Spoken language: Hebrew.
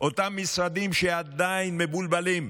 אותם משרדים שעדיין מבולבלים.